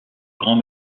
grand